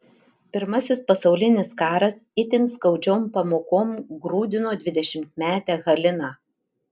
pirmasis pasaulinis karas itin skaudžiom pamokom grūdino dvidešimtmetę haliną